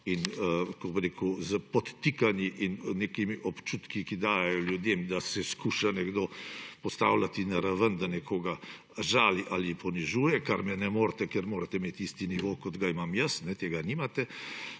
cinično in s podtikanji in nekimi občutki, ki dajejo ljudem, da se skuša nekdo postavljati na raven, da nekoga žali ali ponižuje – kar me ne morete, ker morate imeti isti nivo, kot ga imam jaz, a tega nimate.